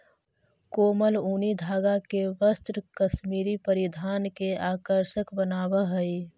कोमल ऊनी धागा के वस्त्र कश्मीरी परिधान के आकर्षक बनावऽ हइ